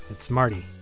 it's marty.